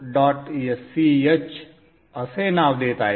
sch असे नाव देत आहे